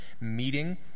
meeting